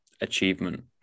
achievement